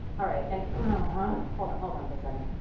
all right, and, and hold hold on for a second.